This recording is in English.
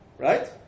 Right